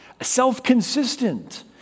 self-consistent